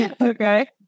Okay